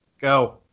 go